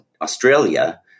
Australia